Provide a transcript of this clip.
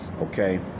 okay